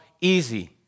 easy